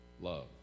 love